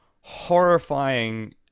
horrifying